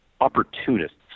opportunists